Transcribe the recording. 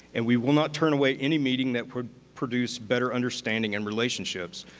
and we will not turn away any meeting that would produce better understanding and relationships,